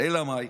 אלא מאי,